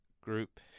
group